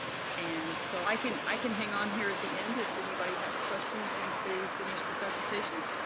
and so i can i can hang on here at the end if anybody has questions once they finish the presentation.